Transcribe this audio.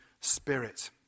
Spirit